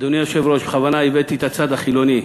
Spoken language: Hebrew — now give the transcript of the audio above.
אדוני היושב-ראש, בכוונה הבאתי את הצד החילוני.